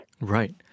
Right